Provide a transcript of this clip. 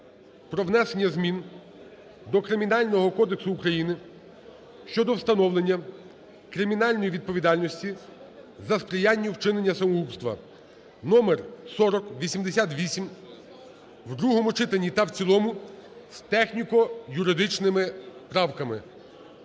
про внесення змін до Кримінального кодексу України (щодо встановлення кримінальної відповідальності за сприяння вчиненню самогубства) (№ 4088) в другому читанні та в цілому з техніко-юридичними правками.